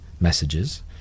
messages